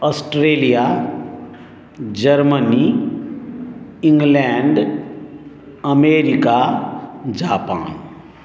Australia Germany England America Japan